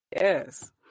Yes